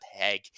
peg